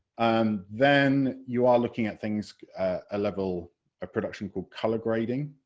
um then you are looking at things a level of production called colour-grading